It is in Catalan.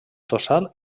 tossal